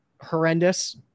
horrendous